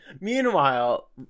meanwhile